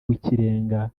w’ikirenga